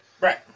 Right